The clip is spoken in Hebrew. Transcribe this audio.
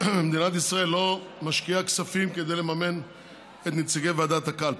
מדינת ישראל לא משקיעה כספים כדי לממן את נציגי ועדת הקלפי.